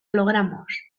logramos